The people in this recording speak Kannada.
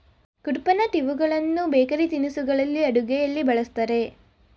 ಕುಡ್ಪನಟ್ ಇವುಗಳನ್ನು ಬೇಕರಿ ತಿನಿಸುಗಳಲ್ಲಿ, ಅಡುಗೆಯಲ್ಲಿ ಬಳ್ಸತ್ತರೆ